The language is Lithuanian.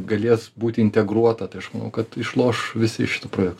galės būti integruota tai aš manau kad išloš visi iš šito projekto